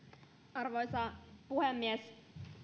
arvoisa puhemies